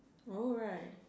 oh right